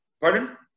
Pardon